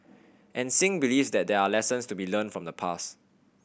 and Singh believes that there are lessons to be learnt from the past